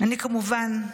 אני כמובן,